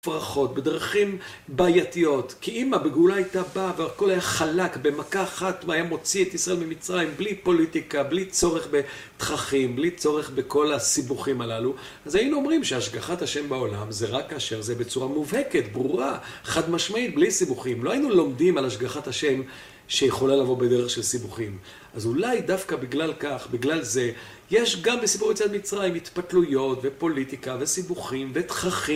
בדרכים בעייתיות, כי אם הגאולה הייתה באה והכל היה חלק במכה אחת אם הוא היה מוציא את בני ישראל ממצרים בלי פוליטיקה, בלי צורך בתככים, בלי צורך בכל הסיבוכים הללו, אז היינו אומרים שהשגחת השם בעולם זה רק אשר זה בצורה מובהקת, ברורה, חד משמעית, בלי סיבוכים, לא היינו לומדים על השגחת השם שיכולה לבוא בדרך של סיבוכים. אז אולי דווקא בגלל כך, בגלל זה, יש גם בסיפור יציאת מצרים התפתלויות ופוליטיקה וסיבוכים ותככים